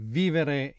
vivere